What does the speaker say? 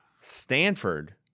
Stanford